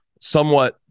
somewhat